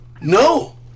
no